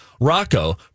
Rocco